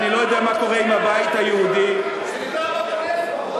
הבית היהודי עזב את הבית?